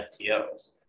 FTOs